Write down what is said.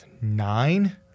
Nine